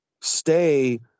stay